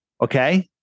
Okay